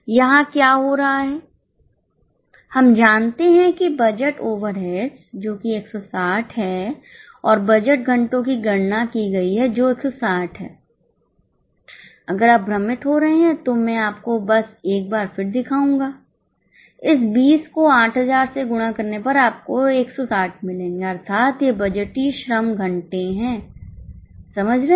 यहाँ क्या हो रहा है हम जानते हैं कि बजट ओवरहेड्स जो कि 160 है और बजट घंटों की गणना की गई है जो 160 हैं अगर आप भ्रमित हो रहे हैं तो मैं आपको बस एक बार फिर दिखाऊंगा इस 20 को 8000 गुणा करने पर आपको 160 मिलेंगे अर्थात यह बजटीय श्रम घंटे हैं समझ रहे हैं